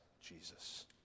Jesus